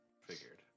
figured